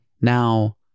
Now